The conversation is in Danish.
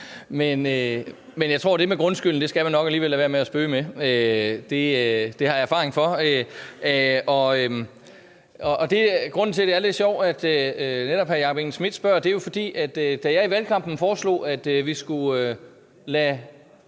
Men jeg tror, at det med grundskylden skal man nok alligevel lade være med at spøge med. Det har jeg erfaring for. Grunden til, at det er lidt sjovt, at netop hr. Jakob Engel-Schmidt spørger, er jo, at da jeg i valgkampen foreslog, at vi skulle lade